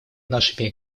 нашими